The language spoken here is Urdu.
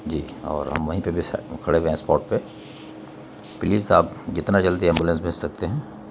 جی اور ہم وہیں پہ بھی کھڑے ہوئے ہیں اسپاٹ پہ پلیز آپ جتنا جلدی ایمبولینس بھیج سکتے ہیں